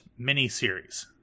miniseries